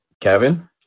Kevin